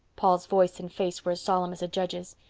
paul's voice and face were as solemn as a judge's.